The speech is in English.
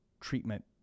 treatment